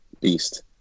beast